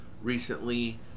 Recently